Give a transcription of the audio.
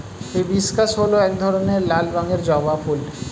hibiscus হল এক ধরনের লাল রঙের জবা ফুল